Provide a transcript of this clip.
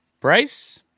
Bryce